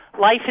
life